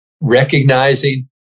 recognizing